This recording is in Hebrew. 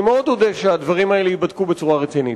אני מאוד אודה אם הדברים האלה ייבדקו בצורה רצינית.